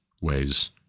ways